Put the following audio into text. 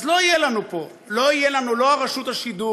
אז לא תהיה לנו את רשות השידור,